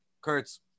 Kurtz